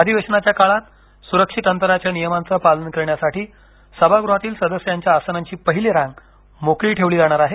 अधिवेशनाच्या काळात सुरक्षित अंतराच्या नियमांचं पालन करण्यासाठी सभागृहातील सदस्यांच्या आसनांची पहिली रांग मोकळी ठेवली जाणार आहे